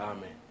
Amen